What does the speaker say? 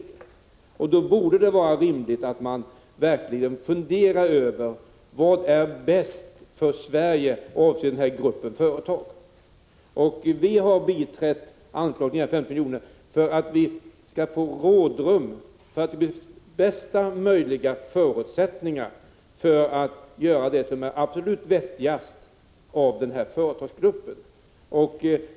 29 maj 1986 Då borde det vara rimligt att verkligen fundera över vad som är bäst för Sverige avseende den här gruppen av företag. Vi har biträtt förslaget om 950 milj.kr. för att vi skall få rådrum för att under bästa möjliga förutsättningar göra det som är absolut vettigast av den här företagsgruppen.